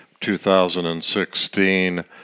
2016